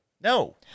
No